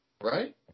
Right